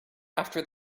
after